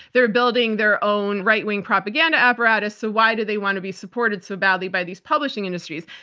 they're building their own right-wing propaganda apparatus, so why do they want to be supported so badly by these publishing industries?